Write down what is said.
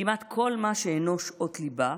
כמעט כל מה שאינו שעות ליבה,